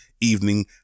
evening